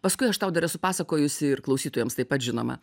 paskui aš tau dar esu pasakojusi ir klausytojams taip pat žinoma